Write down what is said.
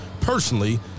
personally